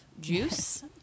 juice